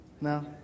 No